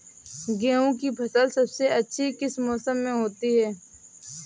गेंहू की फसल सबसे अच्छी किस मौसम में होती है?